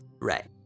Right